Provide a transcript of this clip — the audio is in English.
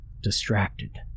distracted